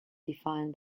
defined